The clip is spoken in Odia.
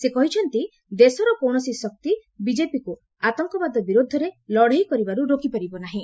ସେ କହିଛନ୍ତି ଦେଶର କକିଣସି ଶକ୍ତି ବିକେପିକୁ ଆତଙ୍କବାଦ ବିରୋଧରେ ଲଢ଼େଇ କରିବାରୁ ରୋକିପାରିବେ ନାହିଁ